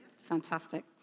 Fantastic